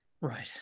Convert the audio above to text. Right